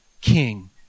king